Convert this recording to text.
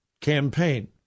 campaign